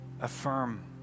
affirm